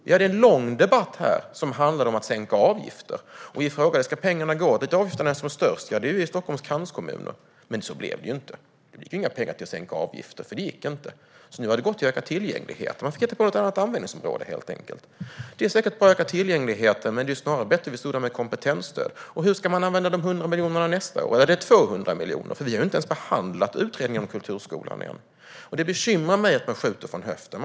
Vi hade en lång debatt här som handlade om att sänka avgifter. Vi frågade: Ska pengarna gå dit där avgifterna är som högst, alltså till Stockholms kranskommuner? Men så blev det inte. Det blev inga pengar till att sänka avgifter, för det gick inte, utan de har gått till att öka tillgängligheten. Man fick hitta på ett annat användningsområde, helt enkelt. Det är säkert bra att öka tillgängligheten, men det är snarare bättre att vi står där med kompetensstöd. Och hur ska man använda de 100 miljonerna nästa år? Eller är det 200 miljoner? Vi vet inte, för vi har ju inte ens behandlat utredningen om kulturskolan än. Det bekymrar mig att man skjuter från höften.